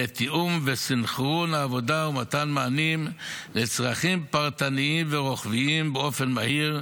לתיאום וסנכרון העבודה ומתן מענים לצרכים פרטניים ורוחביים באופן מהיר,